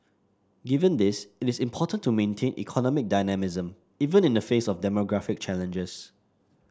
given this it is important to maintain economic dynamism even in the face of demographic challenges